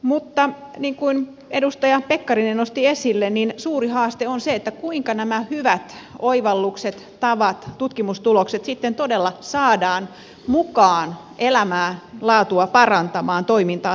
mutta niin kuin edustaja pekkarinen nosti esille suuri haaste on se kuinka nämä hyvät oivallukset tavat tutkimustulokset sitten todella saadaan mukaan elämänlaatua parantamaan toimintaa tehostamaan